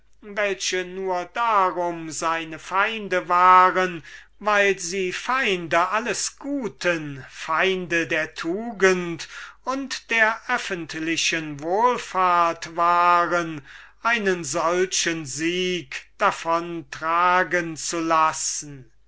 welche nur darum seine feinde waren weil sie feinde alles guten feinde der tugend und der öffentlichen wohlfahrt waren einen solchen sieg davontragen zu lassen